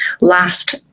last